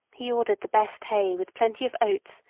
he ordered the best hay with plenty of oats,